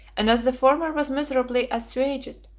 and as the former was miserably assuaged,